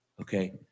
Okay